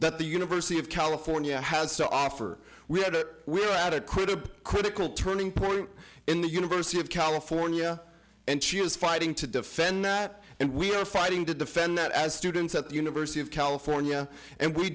that the university of california has to offer we had a we're at a critical critical turning point in the university of california and she was fighting to defend that and we are fighting to defend that as students at the university of california and we